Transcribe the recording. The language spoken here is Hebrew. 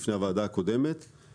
טרם הישיבה הקודמת של הוועדה.